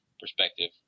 perspective